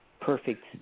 perfect